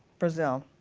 brazil.